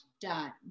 done